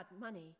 money